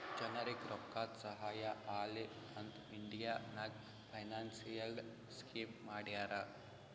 ಜನರಿಗ್ ರೋಕ್ಕಾದು ಸಹಾಯ ಆಲಿ ಅಂತ್ ಇಂಡಿಯಾ ನಾಗ್ ಫೈನಾನ್ಸಿಯಲ್ ಸ್ಕೀಮ್ ಮಾಡ್ಯಾರ